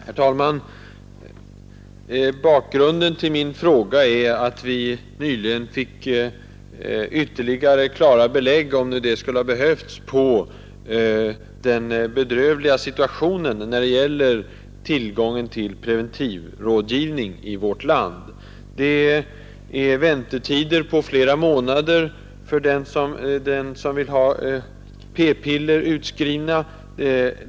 Herr talman! Bakgrunden till min fråga är att vi nyligen fick ytterligare klara belägg, om det nu skulle ha behövts, på den bedrövliga situationen när det gäller tillgången till preventivmedelsrådgivning i vårt land. Det är väntetider på flera månader för den som vill ha p-piller utskrivna.